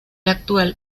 actual